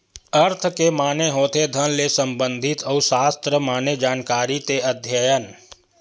अर्थ के माने होथे धन ले संबंधित अउ सास्त्र माने जानकारी ते अध्ययन